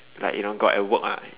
like you know God at work ah